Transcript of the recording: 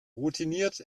routiniert